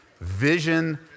Vision